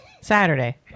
Saturday